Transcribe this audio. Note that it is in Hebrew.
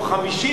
נתקבלה.